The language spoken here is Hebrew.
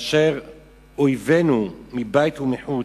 כאשר אויבינו מבית ומחוץ,